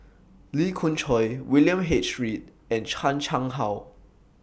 Lee Khoon Choy William H Read and Chan Chang How